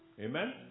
Amen